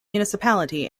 municipality